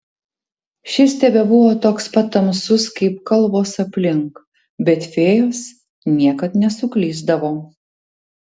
šis tebebuvo toks pat tamsus kaip kalvos aplink bet fėjos niekad nesuklysdavo